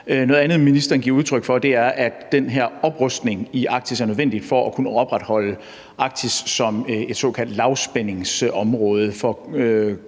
Noget andet, ministeren giver udtryk for, er, at den her oprustning i Arktis er nødvendig for at kunne opretholde Arktis som et såkaldt lavspændingsområde. For